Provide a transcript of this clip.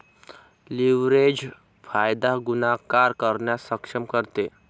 leverage फायदा गुणाकार करण्यास सक्षम करते